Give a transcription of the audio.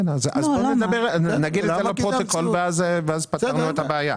אז נגיד את זה לפרוטוקול ופתרנו את הבעיה.